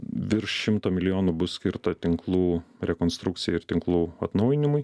virš šimto milijonų bus skirta tinklų rekonstrukcijai ir tinklų atnaujinimui